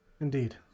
Indeed